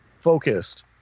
focused